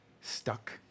stuck